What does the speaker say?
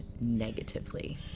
negatively